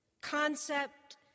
concept